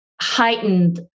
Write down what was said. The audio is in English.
heightened